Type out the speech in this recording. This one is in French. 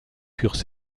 furent